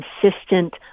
consistent